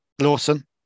Lawson